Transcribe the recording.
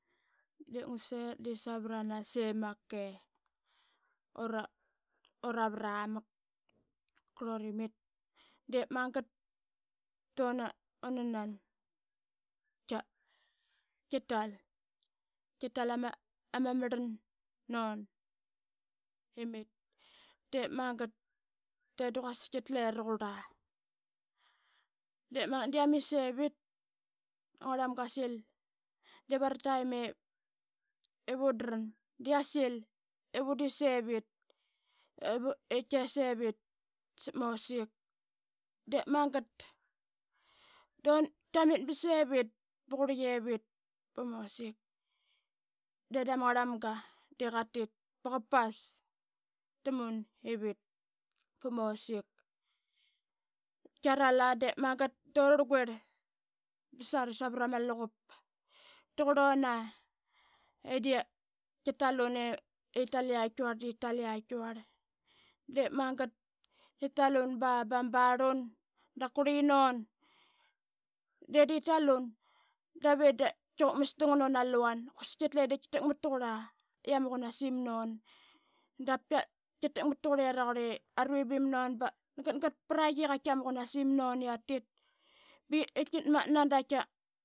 Ngu set de savarans i mak ura ura vramak. Qurlut imit diip magat duna nan qital ama mrlan nun imit de magat de da quasik qitle raqurla. De magat da qiamat sevit da ma ngrl mamga qa sil, i diip ma tami ip undran da qia sil ip undit sevit ivu i qit sevit sap ma usik. Dep magat do na qiamit ba sevit ba qurliqi vit pama osik. De da ma ngrl manga qatit ba qa pas tmun ivivt pama osik. Qi arala diip magat dura rlguirl sai sarvra ma luqup da qurluna i da qia talun i qital yait tuarl da yait turl da yait tuarl de magat da qital un ba bama barlun da qurliqi nun de da qitalun. Davi da qiqukmas tangna una ivan quasik tki tle diip qi tkamat taqurla i ama qunasim nun dap qitakmat taqurla i raquarle ara vimvim nun ba gatgat praqi i qaitki ama qunasim nun. Qi atit ba qitmatna da tkia.